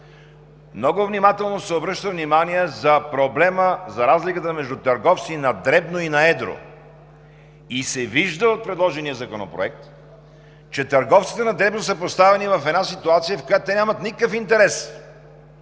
много внимателно се обръща внимание на проблема за разликата между търговци на дребно и на едро и се вижда от предложения законопроект, че търговците на дребно са поставени в една ситуация, в която те нямат никакъв интерес